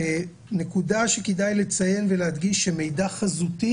נקודה שכדאי לציין ולהדגיש היא שמידע חזותי